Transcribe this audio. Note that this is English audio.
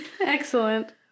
Excellent